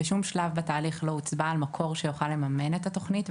בשום שלב בתהליך לא הוצבע על מקור שיוכל לממן את התוכנית,